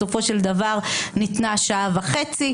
בסופו של דבר ניתנה שעה וחצי.